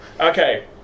Okay